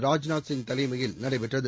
ராஜ்நாத் சிங் தலைமையில் நடைபெற்றது